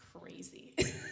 crazy